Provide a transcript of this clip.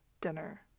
dinner